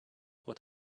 what